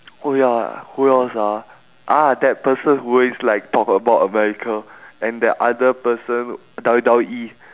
oh ya who else ah ah that person who always like talk about america and that other person W W E